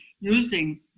using